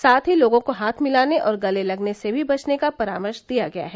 साथ ही लोगों को हाथ मिलाने और गले लगने से भी बचने का परामर्श दिया गया है